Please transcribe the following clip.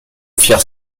firent